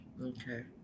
okay